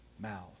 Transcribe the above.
mouth